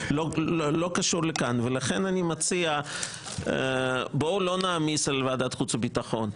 לכן אני מציע, בואו לא נעמיס על ועדת חוץ וביטחון.